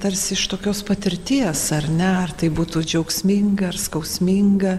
tarsi iš tokios patirties ar ne ar tai būtų džiaugsminga ir skausminga